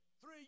three